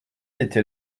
était